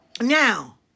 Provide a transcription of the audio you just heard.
Now